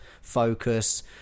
focus